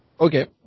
Okay